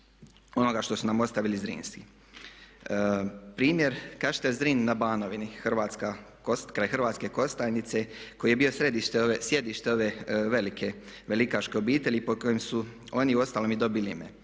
onoga što su nam ostavili Zrinski. Primjer kao što je Zrin na Banovini kraj Hrvatske Kostajnice koji je bio sjedište ove velike velikaške obitelji i pod kojom su oni uostalom i dobili ime.